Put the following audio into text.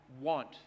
want